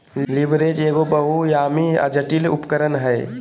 leverage एगो बहुआयामी, जटिल उपकरण हय